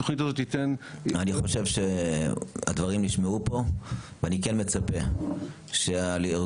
אני חושב שהדברים נשמעו פה ואני כן מצפה שהרגולטור